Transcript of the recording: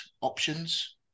options